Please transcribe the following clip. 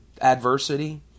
adversity